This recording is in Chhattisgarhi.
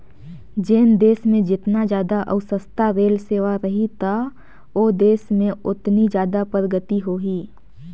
जेन देस मे जेतना जादा अउ सस्ता रेल सेवा रही त ओ देस में ओतनी जादा परगति होही